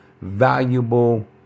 valuable